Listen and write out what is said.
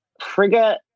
Frigga